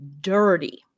dirty